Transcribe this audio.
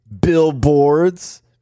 billboards